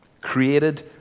created